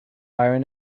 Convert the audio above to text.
iron